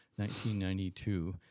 1992